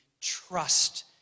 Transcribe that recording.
trust